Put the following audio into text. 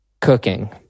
cooking